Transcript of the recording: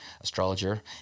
astrologer